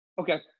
Okay